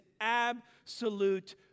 absolute